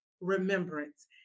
remembrance